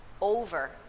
over